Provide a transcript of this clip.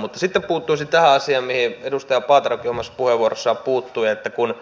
mutta sitten puuttuisin tähän asiaan mihin edustaja paaterokin omassa puheenvuorossaan puuttui että kun